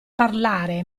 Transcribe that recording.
parlare